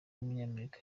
w’umunyamerika